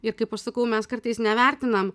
ir kaip aš sakau mes kartais nevertinam